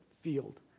field